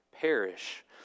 perish